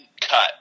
cut